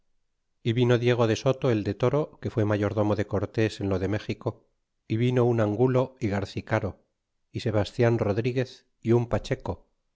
y vino diego de soto el de toro que fué mayordomo de cortés en lo de méxico y vino un angulo y garci caro y sebastian rodriguez y un pacheco